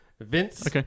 Vince